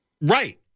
Right